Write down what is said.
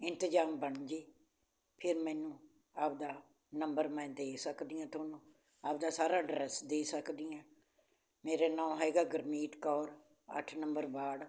ਇੰਤਜ਼ਾਮ ਬਣਜੇ ਫਿਰ ਮੈਨੂੰ ਆਪਦਾ ਨੰਬਰ ਮੈਂ ਦੇ ਸਕਦੀ ਹਾਂ ਤੁਹਾਨੂੰ ਆਪਦਾ ਸਾਰਾ ਅਡਰੈਸ ਦੇ ਸਕਦੀ ਹਾਂ ਮੇਰਾ ਨਾਂ ਹੈਗਾ ਗੁਰਮੀਤ ਕੌਰ ਅੱਠ ਨੰਬਰ ਵਾਰਡ